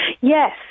Yes